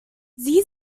sie